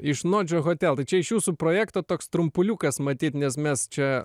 iš nodžio hotel tai čia iš jūsų projekto toks trumpuliukas matyt nes mes čia